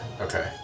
Okay